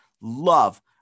love